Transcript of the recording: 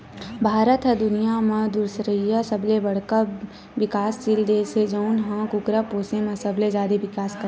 भारत ह दुनिया म दुसरइया सबले बड़का बिकाससील देस हे जउन ह कुकरा पोसे म सबले जादा बिकास करत हे